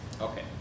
Okay